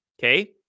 okay